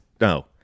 No